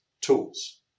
tools